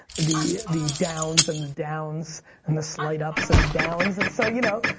the the downs and the downs and the slight ups and the downs, and so you know,